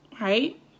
right